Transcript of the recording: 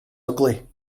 ugly